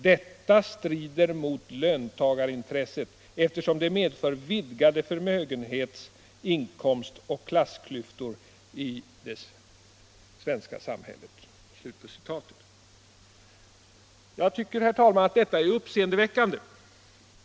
Detta strider mot löntagarintresset, eftersom det medför vidgade förmögenhets-, inkomst och klassklyftor i det svenska samhället.” Jag tycker, herr talman, att detta är uppseendeväckande.